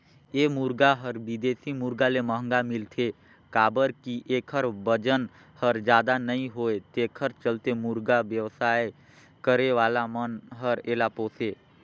ए मुरगा हर बिदेशी मुरगा ले महंगा मिलथे काबर कि एखर बजन हर जादा नई होये तेखर चलते मुरगा बेवसाय करे वाला मन हर एला पोसे